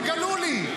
תגלו לי.